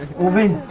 over